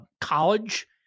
college